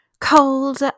cold